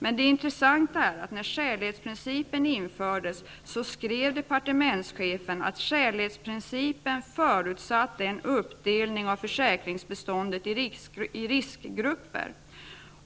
Men när skälighetsprincipen infördes, skrev departementschefen att skälighetsprincipen förutsatte en uppdelning av försäkringsbeståndet i riskgrupper.